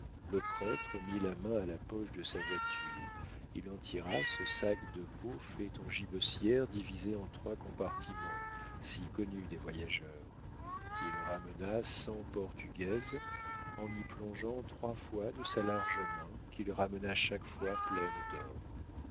le prêtre mit la main à la poche de sa voiture il en tira ce sac de peau fait en gibecière divisé en trois compartiments si connu des voyageurs il ramena cent portugaises en y plongeant trois fois de sa large main qu'il ramena chaque fois pleine d'or